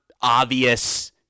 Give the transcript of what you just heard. obvious